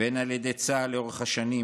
והן על ידי צה"ל לאורך השנים,